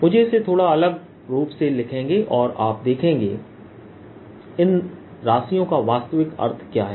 dV मुझे इसे थोड़ा अलग रूप में लिखेंगेऔर आप देखेंगे इन राशियों का वास्तविक अर्थ क्या है